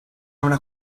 una